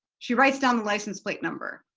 she writes down the license plate number.